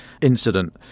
incident